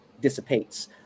dissipates